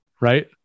right